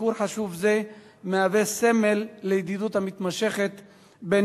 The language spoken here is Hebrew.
ביקור חשוב זה מהווה סמל לידידות המתמשכת בין